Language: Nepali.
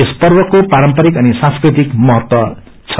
यस पर्वको पारम्परिक अनि सांस्कृतिक महत्व छ